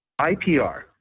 IPR